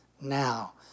now